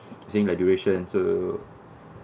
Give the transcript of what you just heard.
saying like duration so